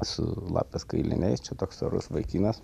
su lapės kailiniais čia toks orus vaikinas